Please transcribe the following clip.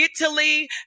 Italy